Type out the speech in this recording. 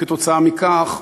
כתוצאה מכך,